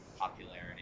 popularity